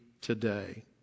today